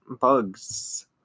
bugs